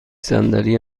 صندلی